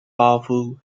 powerful